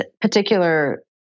particular